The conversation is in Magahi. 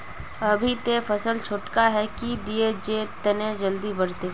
अभी ते फसल छोटका है की दिये जे तने जल्दी बढ़ते?